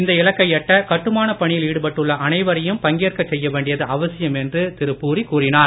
இந்த இலக்கை எட்ட கட்டுமானப் பணியில் ஈடுபட்டுள்ள அனைவரையும் பங்கேற்க செய்ய வேண்டியது அவசியம் என்று திரு பூரி கூறினார்